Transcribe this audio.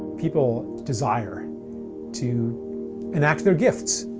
people desire to enact their gifts,